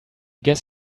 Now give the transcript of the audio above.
guess